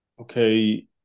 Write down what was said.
okay